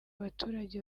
baturage